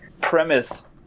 premise